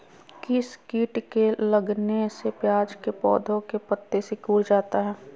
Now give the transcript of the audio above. किस किट के लगने से प्याज के पौधे के पत्ते सिकुड़ जाता है?